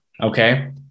okay